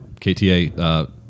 KTA